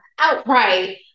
outright